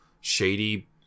shady